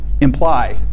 imply